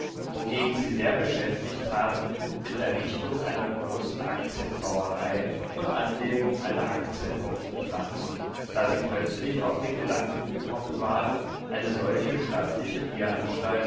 wogegen sie sehr beschäftigt taten mit errichtung einer großen aktienbierbrauerei und anlegung einer aktienhopfenpflanzung da sie plötzlich auf den gedanken gekommen waren eine solche stattliche bieranstalt